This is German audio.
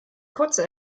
kurze